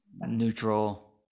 Neutral